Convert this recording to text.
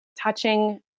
touching